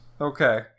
Okay